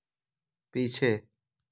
पीछे